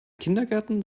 kindergärten